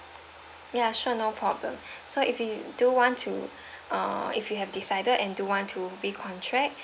ya sure no problem so if you do want to uh if you have decided and do want to re-contract